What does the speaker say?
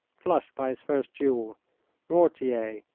flushed by his first duel mortier,